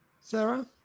Sarah